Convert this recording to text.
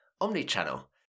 omni-channel